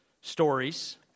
stories